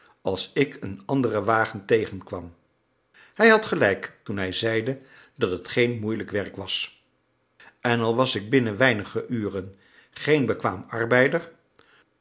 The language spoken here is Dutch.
als ik een anderen wagen tegenkwam hij had gelijk toen hij zeide dat het geen moeilijk werk was en al was ik binnen weinige uren geen bekwaam arbeider